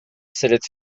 sellet